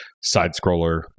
side-scroller